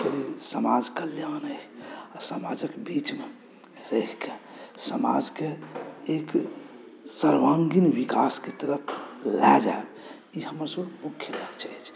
actually समाज कल्याण अइ आ समाजक बीचमे रहिक समाजके एक सर्वांगीण विकासक तरफ़ लए जायब ई हमरसभक मुख्य लक्ष्य अछि